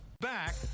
Back